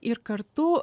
ir kartu